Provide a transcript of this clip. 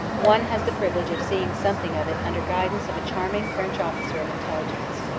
one has the privilege of seeing something of it under guidance of a charming french officer of intelligence.